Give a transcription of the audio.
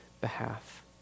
behalf